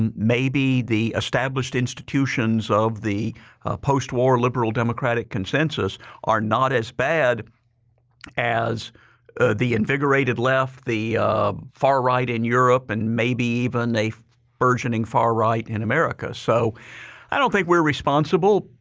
and maybe the established institutions of the post-war liberal democratic consensus are not as bad as the invigorated left, the far right in europe and maybe even a burgeoning far right in america. so i don't think we're responsible.